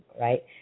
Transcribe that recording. right